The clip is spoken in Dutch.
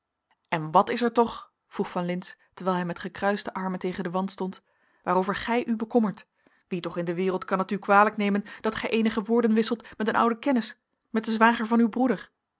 en wat is er toch vroeg van lintz terwijl hij met gekruiste armen tegen den wand stond waarover gij u bekommert wie toch in de wereld kan het u kwalijk nemen dat gij eenige woorden wisselt met een ouden kennis met den zwager van uw broeder